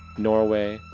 norway,